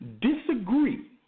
disagree